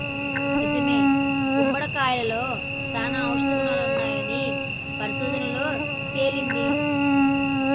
నిజమే గుమ్మడికాయలో సానా ఔషధ గుణాలున్నాయని పరిశోధనలలో తేలింది